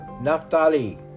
Naphtali